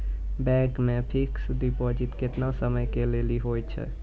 Bank मे fixed deposit केतना समय के लेली होय छै?